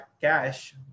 cash